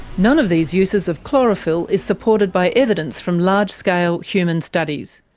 none of these uses of chlorophyll is supported by evidence from large-scale human studies.